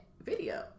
video